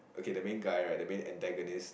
okay the main guy right the main antagonist